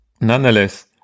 Nonetheless